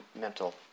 mental